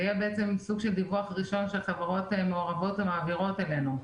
זה יהיה בעצם סוג של דיווח ראשון שחברות מעורבות מעבירות אלינו.